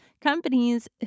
companies